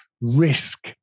risk